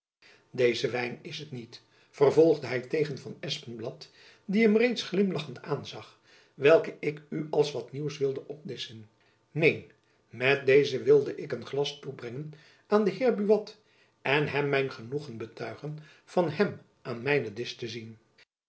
deze wijn is het niet vervolgde hy tegen van espenblad die hem reeds glimlachend aanzag welken ik u als wat nieuws wil opdisschen neen met dezen wilde ik een glas toebrengen aan den heer buat en hem mijn genoegen betuigen van hem aan mijnen disch te zien